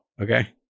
Okay